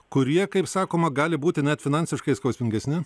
kurie kaip sakoma gali būti net finansiškai skausmingesni